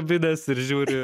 vidas ir žiūri